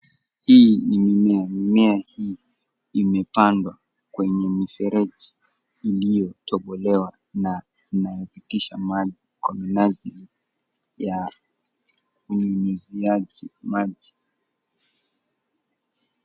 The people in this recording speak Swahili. Hii ni mimea. Mimea hii imepandwa kwenye mifereji iliyotobolewa na inapitisha maji kwa minajili ya unyunyuziaji maji.